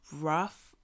rough